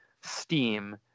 steam